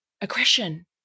aggression